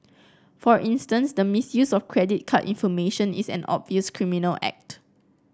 for instance the misuse of credit card information is an obvious criminal act